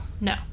No